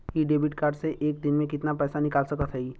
इ debit card से एक दिन मे कितना पैसा निकाल सकत हई?